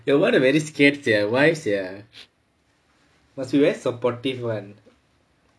that [one] I very scared sia why sia must be very supportive [one]